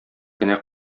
кенә